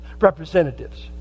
representatives